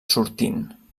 sortint